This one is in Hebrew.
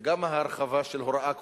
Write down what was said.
וגם ההרחבה של הוראה קבועה,